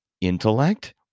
intellect